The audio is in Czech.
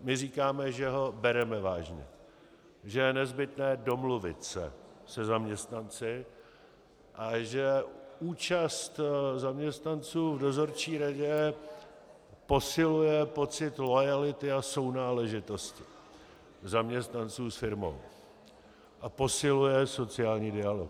My říkáme, že ho bereme vážně, že je nezbytné domluvit se se zaměstnanci a že účast zaměstnanců v dozorčí radě posiluje pocit loajality a sounáležitosti zaměstnanců s firmou a posiluje sociální dialog.